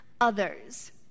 others